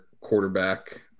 quarterback –